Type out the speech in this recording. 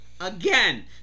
Again